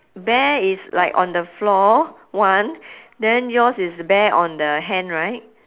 bear is like on the floor one then yours is bear on the hand right